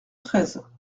treize